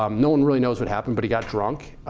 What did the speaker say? um no one really knows what happened. but he got drunk,